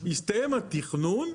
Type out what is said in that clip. הסתיים התכנון,